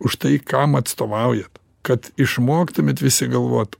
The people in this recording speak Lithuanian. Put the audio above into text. už tai kam atstovaujat kad išmoktumėt visi galvot